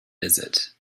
visit